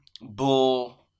bull